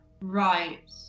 right